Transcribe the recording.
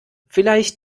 vielleicht